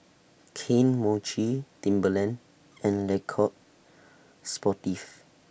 Kane Mochi Timberland and Le Coq Sportif